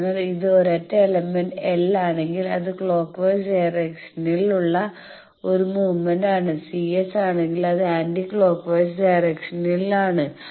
അതിനാൽ ഇത് ഒരൊറ്റ എലമെന്റ് L ആണെങ്കിൽ അത് ക്ലോക്ക് വൈസ് ഡയറക്ഷനിൽ ഉള്ള ഒരു മൂവ്മെന്റ് ആണ് CS ആണെങ്കിൽ അത് ആന്റി ക്ലോക്ക് വൈസ് ഡയറക്ഷനിൽ ആണ്